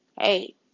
hey